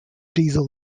diesel